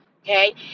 okay